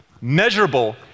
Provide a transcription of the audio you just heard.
measurable